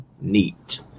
neat